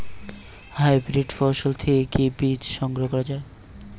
Hybrid ফসল থেকে কি বীজ সংগ্রহ করা য়ায়?